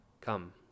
Come